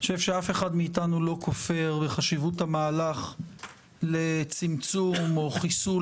אני חושב שאף אחד מאיתנו לא כופר בחשיבות המהלך לצמצום או חיסול